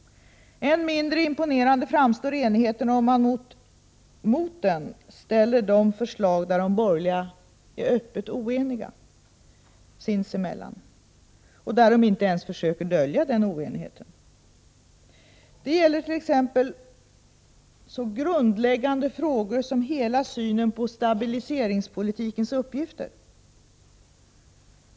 Än mindre imponerande framstår ”enigheten” , om man mot den ställer de förslag där de borgerliga är öppet oeniga sinsemellan, och där de inte ens försöker dölja den oenigheten. Det gäller t.ex. så grundläggande frågor som hela synen på stabiliseringspolitikens uppgifter.